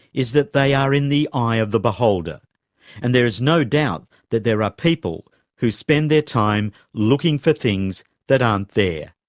is that they are in the eye of the beholder and there is no doubt that there are people who spend their time looking for things that aren't there.